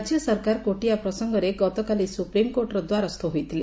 ରାଜ୍ୟ ସରକାର କୋଟିଆ ପ୍ରସଙ୍ଗରେ ଗତକାଲି ସ୍ଟପ୍ରିମକୋର୍ଟର ଦ୍ୱାରସ୍ଥ ହୋଇଥିଲେ